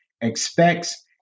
expects